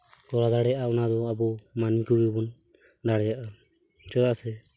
ᱠᱚᱨᱟᱣ ᱫᱟᱲᱮᱭᱟᱜᱼᱟ ᱚᱱᱟᱫᱚ ᱟᱵᱚ ᱢᱟᱹᱱᱢᱤ ᱠᱚᱜᱮ ᱵᱚᱱ ᱫᱟᱲᱮᱭᱟᱜᱼᱟ ᱪᱮᱫᱟᱜ ᱥᱮ